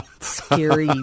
scary